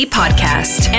podcast